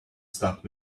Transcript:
stop